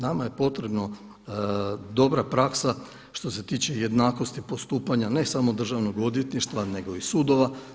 Nama je potrebna dobra praksa što se tiče jednakosti postupanja ne samo državnog odvjetništva nego i sudova.